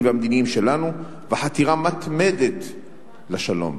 והמדיניים שלנו ועל חתירה מתמדת לשלום.